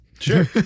Sure